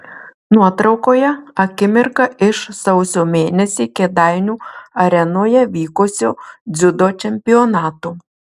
nuotraukoje akimirka iš sausio mėnesį kėdainių arenoje vykusio dziudo čempionato